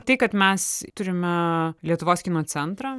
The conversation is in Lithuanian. tai kad mes turime lietuvos kino centrą